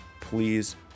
Please